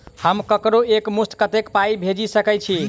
हम ककरो एक मुस्त कत्तेक पाई भेजि सकय छी?